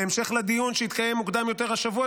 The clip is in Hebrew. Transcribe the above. בהמשך לדיון שהתקיים מוקדם יותר השבוע,